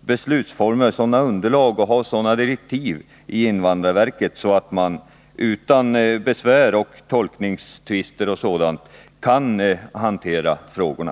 beslutsformer och ha sådana underlag och direktiv att man utan besvär i form av tolkningstvister och sådant kan hantera frågorna.